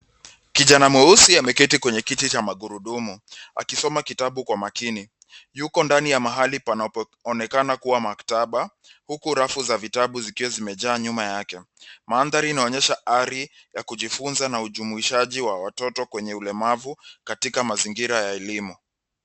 Kijana mweusi ameketi kwenye kiti cha magurudumu akisoma kitabu kwa makini. Yuko ndani ya mahali panapoonekana kuwa maktaba, huku rafu za vitabu zikiwa zimejaa nyuma yake. Mandhari inaonyesha ari ya kujifunza na ujumuishaji wa watoto kwenye ulemavu, katika mazingira ya elimu.